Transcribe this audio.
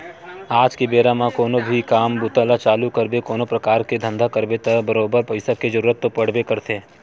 आज के बेरा म कोनो भी काम बूता ल चालू करबे कोनो परकार के धंधा करबे त बरोबर पइसा के जरुरत तो पड़बे करथे